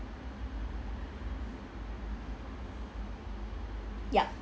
ya